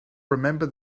remember